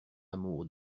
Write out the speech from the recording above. amour